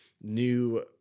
new